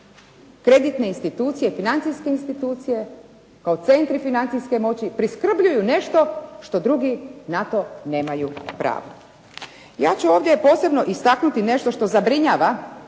kreditne institucije, financijske institucije kao centri financijske moći priskrbljuju nešto što drugi na to nemaju pravo. Ja ću ovdje posebno istaknuti nešto što zabrinjava